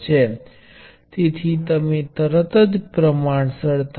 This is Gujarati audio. તમે પ્રથમ સિદ્ધાંતોથી દરેક બાબતને તર્ક આપી શકો